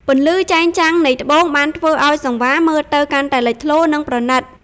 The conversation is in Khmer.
ពន្លឺចែងចាំងនៃត្បូងបានធ្វើឱ្យសង្វារមើលទៅកាន់តែលេចធ្លោ និងប្រណីត។